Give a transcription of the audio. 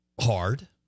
hard